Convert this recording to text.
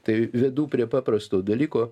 tai vedu prie paprasto dalyko